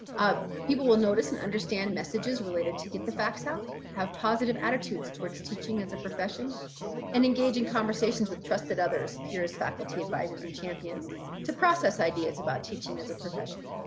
ah people will notice and understand messages related to get the facts out have positive attitudes towards teaching as a profession and engaging conversations with trusted others peers faculty advisors and champions to process ideas about teaching as a profession.